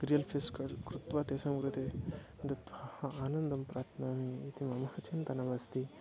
real face कर् कृत्वा तेषां कृते दत्वा आनन्दं प्राप्नोमि इति मम चिन्तनमस्ति